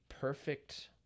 perfect